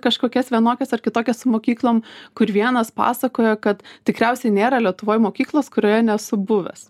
kažkokias vienokias ar kitokias su mokyklom kur vienas pasakojo kad tikriausiai nėra lietuvoj mokyklos kurioje nesu buvęs